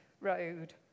road